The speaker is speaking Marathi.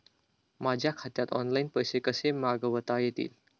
माझ्या खात्यात ऑनलाइन पैसे कसे मागवता येतील?